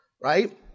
right